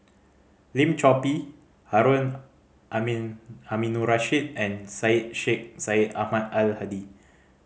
Lim Chor Pee Harun Aminurrashid and Syed Sheikh Syed Ahmad Al Hadi